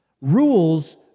Rules